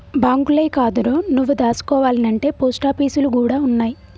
బాంకులే కాదురో, నువ్వు దాసుకోవాల్నంటే పోస్టాపీసులు గూడ ఉన్నయ్